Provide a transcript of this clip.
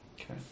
Okay